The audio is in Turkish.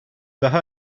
daha